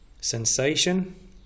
Sensation